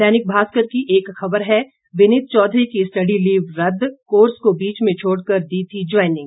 दैनिक भास्कर की एक खबर है विनीत चौधरी की स्टडी लीव रदद कोर्स को बीच में छोड़कर दी थी ज्वाइनिंग